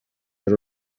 ari